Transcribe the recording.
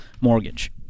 mortgage